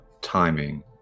timing